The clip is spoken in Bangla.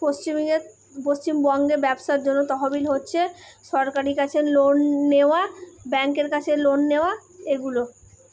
পশ্চিমবঙ্গে ব্যবসার জন্য তহবিল হচ্ছে সরকারি ক্যাশে লোন নেওয়া ব্যাংকের কাছে লোন নেওয়া এগুলো